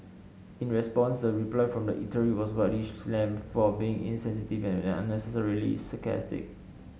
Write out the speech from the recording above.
in response the reply from the eatery was widely slammed for being insensitive and unnecessarily sarcastic